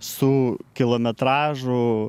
su kilometražu